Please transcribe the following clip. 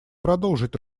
продолжить